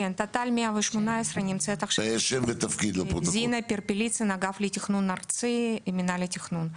אני מאגף לתכנון ארצי, מינהל התכנון.